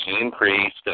increased